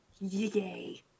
Yay